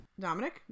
dominic